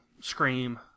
scream